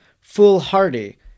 foolhardy